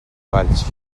valls